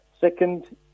second